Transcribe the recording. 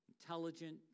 Intelligent